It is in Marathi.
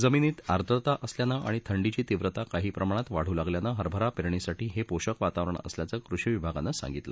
जमिनीत आर्द्रता असल्यानं आणि थंडीची तीव्रता काही प्रमाणात वाटू लागल्यानं हरभरा पेरणीसाठी हे पोषक वातावरण असल्याचे कृषी विभागानं सांगितलं